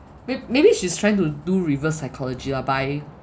may~ maybe she's trying to do reverse psychology lah but I